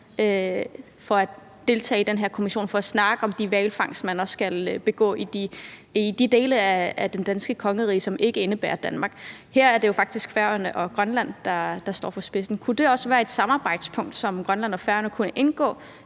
for at deltage i den her kommission og for at snakke om de hvalfangster, der skal foregå i de dele af det danske kongerige, som ikke indebærer Danmark. Her er det jo faktisk Færøerne og Grønland, der står i spidsen. Kunne det også være et samarbejdspunkt, som Grønland og Færøerne kunne indgå?